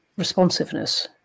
responsiveness